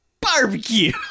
barbecue